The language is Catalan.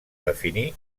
definir